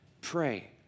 pray